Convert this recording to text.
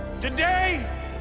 Today